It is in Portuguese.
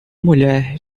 mulher